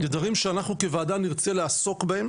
אתגרים שאנחנו כוועדה נרצה לעסוק בהם